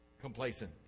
complacent